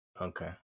Okay